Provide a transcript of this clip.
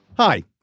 Hi